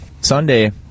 Sunday